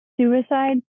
suicide